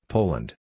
Poland